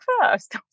first